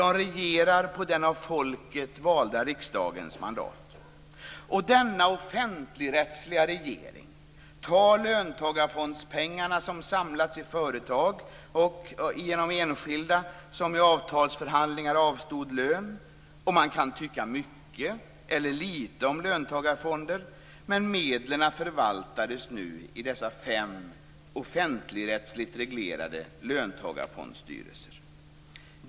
Den regerar på den av folket valda riksdagens mandat. Denna offentligrättsliga regering tar löntagarfondspengarna som samlats i företag och genom enskilda som i avtalsförhandlingar avstod lön. Man kan tycka mycket eller litet om löntagarfonder, men medlen förvaltades i dessa fem offentligrättsligt reglerade löntagarfondsstyrelser.